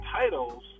titles